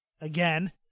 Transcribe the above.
again